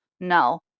no